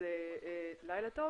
אז לילה טוב.